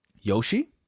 Yoshi